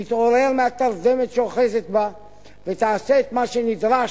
תתעורר מהתרדמת שאוחזת בה ותעשה את מה שנדרש.